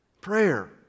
Prayer